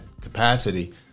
capacity